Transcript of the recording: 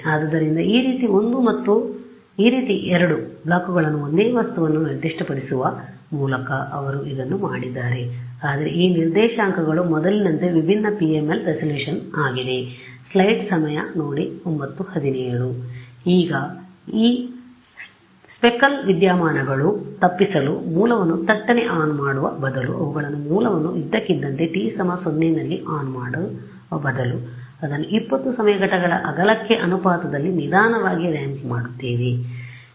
ಆದ್ದರಿಂದ ಈ ರೀತಿ ಒಂದು ಮತ್ತು ಈ ರೀತಿ ಮತ್ತು ಎರಡು ಬ್ಲಾಕ್ಗಳನ್ನು ಒಂದೇ ವಸ್ತುವನ್ನು ನಿರ್ದಿಷ್ಟಪಡಿಸುವ ಮೂಲಕ ಅವರು ಇದನ್ನು ಮಾಡಿದ್ದಾರೆ ಆದರೆ ಈ ನಿರ್ದೇಶಾಂಕಗಳು ಮೊದಲಿನಂತೆ ವಿಭಿನ್ನPML ರೆಸಲ್ಯೂಶನ್ ಆಗಿದೆ ಈಗ ಆ ಸ್ಪೆಕಲ್ ವಿದ್ಯಮಾನಗಳನ್ನು ತಪ್ಪಿಸಲು ಮೂಲವನ್ನು ಥಟ್ಟನೆ ಆನ್ ಮಾಡುವ ಬದಲು ಅವುಗಳು ಮೂಲವನ್ನು ಇದ್ದಕ್ಕಿದ್ದಂತೆ t0 ನಲ್ಲಿ ಆನ್ ಮಾಡುವ ಬದಲು ಅದನ್ನು 20 ಸಮಯ ಘಟಕಗಳ ಅಗಲಕ್ಕೆ ಅನುಪಾತದಲ್ಲಿ ನಿಧಾನವಾಗಿ ರಾಂಪ್ ಮಾಡುತ್ತೇವೆ